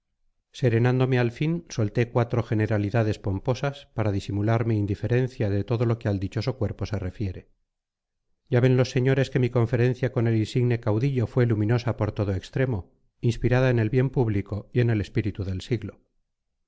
etcétera serenándome al fin solté cuatro generalidades pomposas para disimular mi indiferencia de todo lo que al dichoso cuerpo se refiere ya ven los señores que mi conferencia con el insigne caudillo fue luminosa por todo extremo inspirada en el bien público y en el espíritu del siglo